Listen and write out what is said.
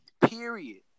Period